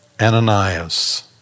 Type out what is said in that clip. Ananias